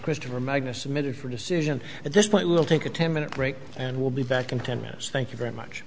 christopher magnus submitted for decision at this point will take a ten minute break and will be back in ten minutes thank you very much